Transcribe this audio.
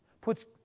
puts